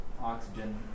oxygen